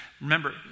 Remember